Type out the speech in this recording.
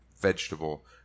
vegetable